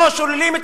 לא שוללים את